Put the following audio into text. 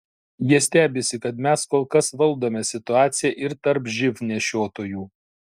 jie stebisi kad mes kol kas valdome situaciją ir tarp živ nešiotojų